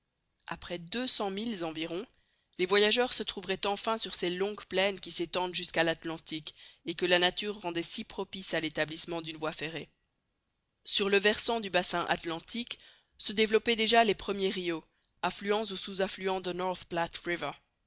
après deux cents milles environ les voyageurs se trouveraient enfin sur ces longues plaines qui s'étendent jusqu'à l'atlantique et que la nature rendait si propices à l'établissement d'une voie ferrée sur le versant du bassin atlantique se développaient déjà les premiers rios affluents ou sous affluents de